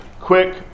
quick